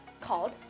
called